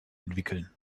entwickeln